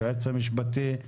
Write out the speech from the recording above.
היועץ המשפטים,